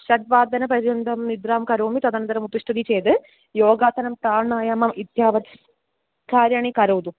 षड्वादनपर्यन्तम् निद्रां करोमि तदनन्तरम् उत्तिष्ठति चेद् योगासनं प्राणायामम् इत्येतावत् कार्याणि करोतु